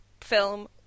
film